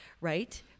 right